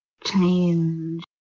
change